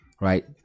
Right